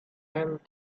and